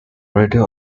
radio